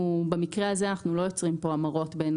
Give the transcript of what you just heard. במקרה הזה אנחנו לא יוצרים כאן המרות בין